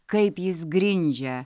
kaip jis grindžia